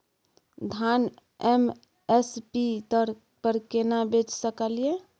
धान M S P दर पर केना बेच सकलियै?